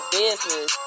business